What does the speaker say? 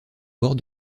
bord